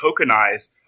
tokenize